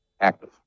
active